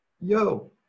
yo